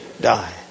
die